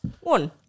One